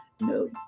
No